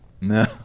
No